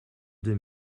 deux